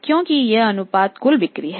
क्योंकि य अनुपात कुल बिक्री हैं